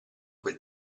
quel